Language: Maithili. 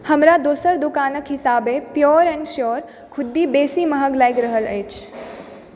हमरा दोसर दोकानक हिसाबे प्योर एंड स्योर खुद्दी बेसी महग लागि रहल अछि